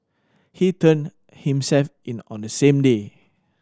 he turned himself in on the same day